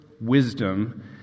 wisdom